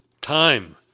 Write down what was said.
Time